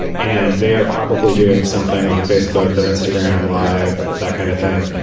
and they are probably doing something on facebook or instagram live, that kind of thing.